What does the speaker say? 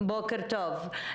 בוקר טוב.